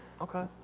Okay